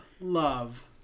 love